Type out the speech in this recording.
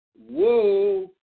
whoa